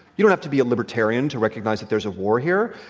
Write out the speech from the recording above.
you don't have to be a libertarian to recognize that there's a war here.